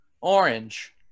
orange